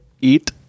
Eat